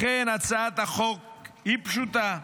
לכן הצעת החוק היא פשוטה.